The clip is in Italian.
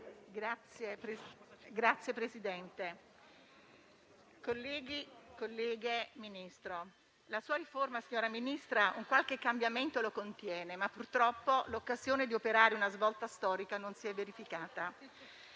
Signor Presidente, colleghi, colleghe, la sua riforma, signor Ministro, qualche cambiamento lo contiene, ma purtroppo l'occasione di operare una svolta storica non è stata